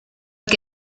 que